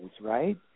right